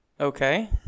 Okay